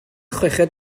chweched